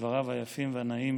בדבריו היפים והנאים